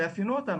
שיאפיינו אותנו.